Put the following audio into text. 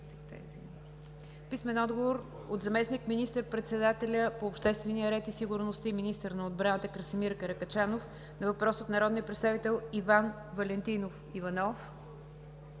Христов; - заместник министър-председателя по обществения ред и сигурността и министър на отбраната Красимир Каракачанов на въпрос от народния представител Иван Валентинов Иванов;